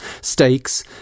stakes